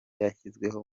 yashyizweho